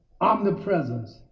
omnipresence